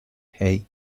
hey